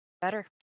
Better